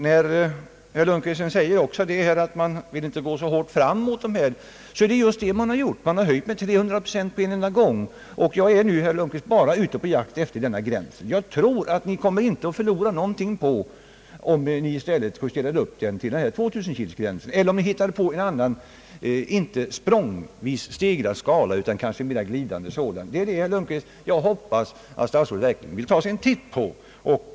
Herr Lundkvist säger att man inte ville gå så hårt fram, men det är just vad man har gjort. Man har höjt taxan med 300 procent på en enda gång. Jag är nu, herr Lundkvist, bara ute på jakt efter en rimlig gräns. Jag tror inte att ni komme att förlora någonting, om ni justerade den nuvarande gränsen och satte den vid exempelvis 2 000 kg eller om ni hittade på en annan skala, som inte stiger språngvis utan mera glidande. Jag hoppas att statsrådet verkligen vill ta sig en titt på detta.